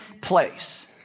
place